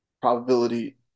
probability